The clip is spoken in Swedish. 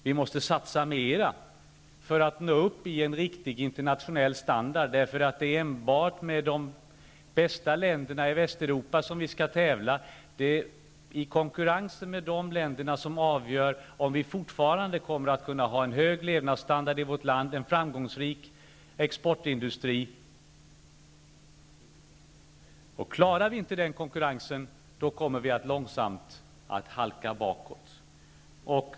Vi måste satsa mer för att nå upp till en riktigt internationell standard, för det är bara med de bästa länderna i Västeuropa som vi skall tävla. Det är konkurrensen med dessa länder som avgör om vi fortfarande kommer att ha en hög levnadsstandard i vårt land och en framgångsrik exportindustri. Klarar vi inte den konkurrensen, kommer vi långsamt att halka bakåt.